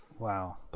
Wow